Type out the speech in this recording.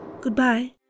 Goodbye